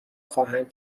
خواهم